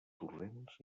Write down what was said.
torrents